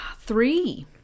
three